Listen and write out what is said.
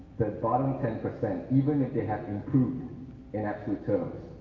bottom ten percent even if they have improved in absolute terms,